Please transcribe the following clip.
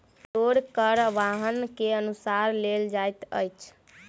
टोल कर वाहन के अनुसार लेल जाइत अछि